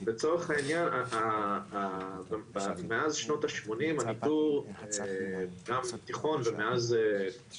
לצורך העניין מאז שנות ה-80 הניתור גם בים התיכון ומאז 2006